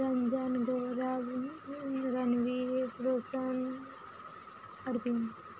Ranjan Gaurav Ranveer Roshan Arvind